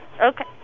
Okay